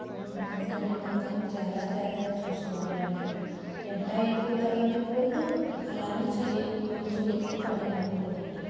అందుకనే మొక్కని చాలా జాగ్రత్తగా చూసుకోవాలి అండి ఎండ ఎక్కువ తగలనివ్వకూడదు అలా అని చలి మంచు ఎక్కువ పడనీయకూడదండి